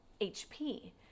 hp